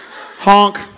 Honk